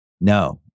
no